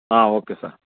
okay sir